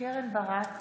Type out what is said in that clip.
קרן ברק,